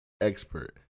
expert